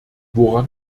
woran